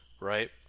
right